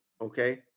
okay